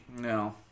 No